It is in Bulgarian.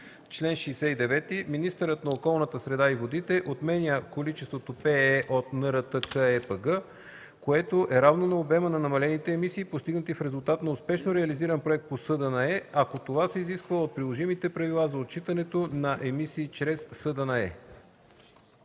„Чл. 69. Министърът на околната среда и водите отменя количеството ПЕЕ от НРТКЕПГ, което е равно на обема на намалените емисии, постигнати в резултат на успешно реализиран проект по СДНЕ, ако това се изисква от приложимите правила за отчитане намаляването на емисии чрез СДНЕ.”